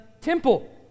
temple